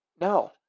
No